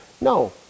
No